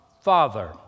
Father